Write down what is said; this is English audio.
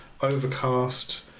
Overcast